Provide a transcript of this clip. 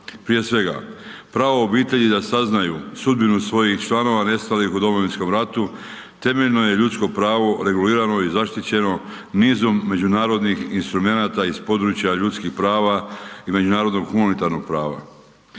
Prije svega, pravo obitelji da saznaju sudbinu svojih članova nestalih u Domovinskom ratu temeljeno je ljudsko pravo regulirano i zaštićeno nizom međunarodnih instrumenata iz područja ljudskih prava iz međunarodnog humanitarnog prava.